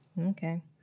Okay